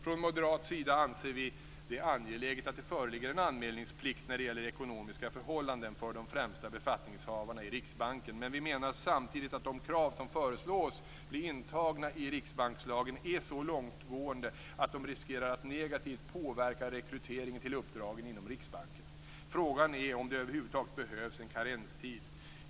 Från moderat sida anser vi det angeläget att det föreligger en anmälningsplikt när det gäller ekonomiska förhållanden för de främsta befattningshavarna i Riksbanken. Men vi menar samtidigt att de krav som föreslås bli intagna i riksbankslagen är så långtgående att de riskerar att negativt påverka rekryteringen till uppdragen inom Riksbanken. Frågan är om det över huvud taget behövs en karenstid.